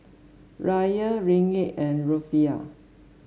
Riyal Ringgit and Rufiyaa